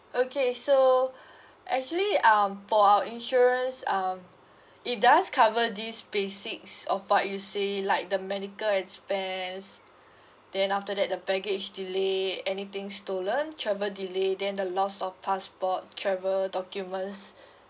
okay so actually um for our insurance um it does cover this basics of what you say like the medical expense then after that the baggage delay anything stolen travel delay then the lost of passport travel documents